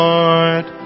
Lord